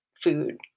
food